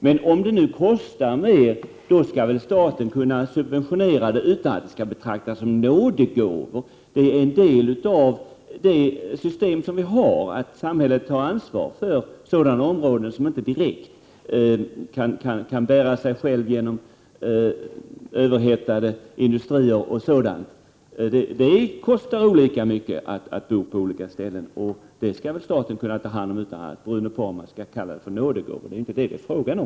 Men om det nu kostar mer, då skall väl staten kunna subventionera utan att det betraktas som nådegåvor? Det är en del av det system vi har att samhället tar ansvar för sådana områden som inte direkt kan bära sina egna kostnader. Det kostar olika mycket att bo på olika ställen, och det skall väl staten kunna ta hand om utan att Bruno Poromaa kallar det för nådegåvor. Det är inte den saken det är fråga om.